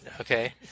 okay